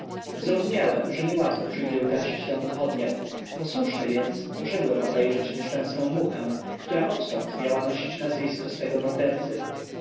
zrozumiałem że nie łatwo przyjdzie ugasić tę pochodnię posłuszny więc poszedłem obejrzeć nieszczęsna muchę która odtąd miała nosić nazwisko swojego mordercy